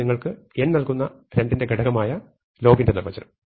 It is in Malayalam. അതാണ് നിങ്ങൾക്ക് n നൽകുന്ന 2 ന്റെ ഘടകം ആയ ലോഗിന്റെ നിർവചനം